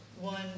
one